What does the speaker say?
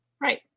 Right